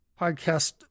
podcast